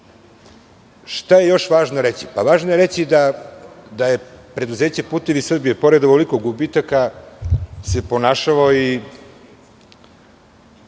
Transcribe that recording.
je još važno reći? Važno je reći da se preduzeće "Putevi Srbije", pored ovoliko gubitaka, ponašalo i